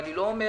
אני לא אומר